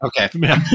Okay